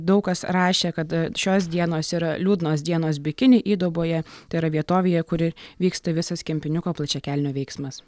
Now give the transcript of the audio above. daug kas rašė kad šios dienos yra liūdnos dienos bikini įduboje tai yra vietovėje kuri vyksta visas kempiniuko plačiakelnio veiksmas